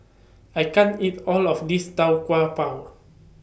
I can't eat All of This Tau Kwa Pau